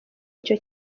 icyo